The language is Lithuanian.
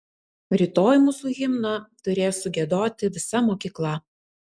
rytoj mūsų himną turės sugiedoti visa mokykla